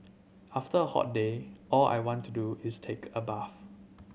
after a hot day all I want to do is take a bath